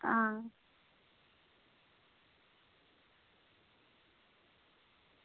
आं